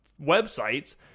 websites